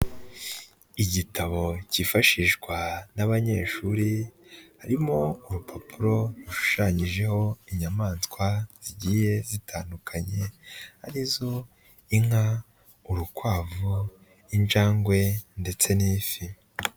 Igitabo cyifashishwa n'abanyeshuri harimo urupapuro rushushanyijeho inyamaswa zigiye zitandukanye arizo inka, urukwavu, injangwe ndetse n'ifi.